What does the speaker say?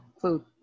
food